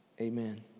Amen